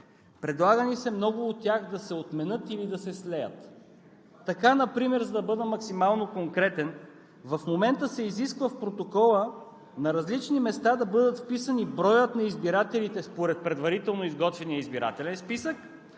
Предлага ни се много от тях да се отменят или да се слеят. Така например, за да бъда максимално конкретен, в момента се изисква в протокола на различни места да бъдат вписани броят на избирателите според предварително изготвения избирателен списък